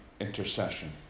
intercession